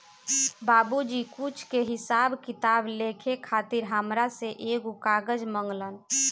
बाबुजी कुछ के हिसाब किताब लिखे खातिर हामरा से एगो कागज मंगलन